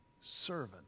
servant